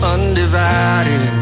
Undivided